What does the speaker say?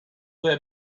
there